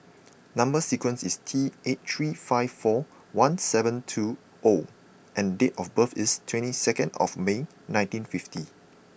number sequence is T eight three five four one seven two O and date of birth is twenty second of May nineteen fifty